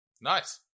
Nice